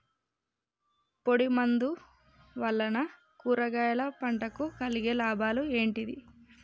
పొడిమందు వలన కూరగాయల పంటకు కలిగే లాభాలు ఏంటిది?